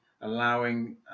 allowing